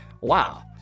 wow